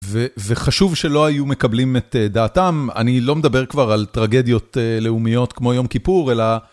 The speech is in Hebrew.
וחשוב שלא היו מקבלים את דעתם, אני לא מדבר כבר על טרגדיות לאומיות כמו יום כיפור, אלא...